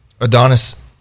Adonis